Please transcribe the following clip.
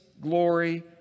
glory